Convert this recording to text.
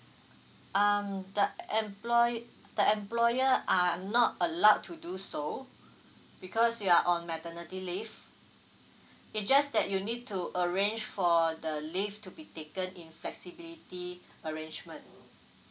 um the employ~ the employer are not allowed to do so because you're on maternity leave it just that you need to arrange for the leave to be taken in flexibility arrangement